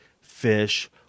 Fish